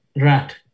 rat